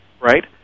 right